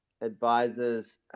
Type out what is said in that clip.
advisors